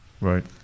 Right